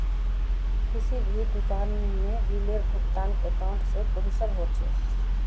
किसी भी दुकान में बिलेर भुगतान अकाउंट से कुंसम होचे?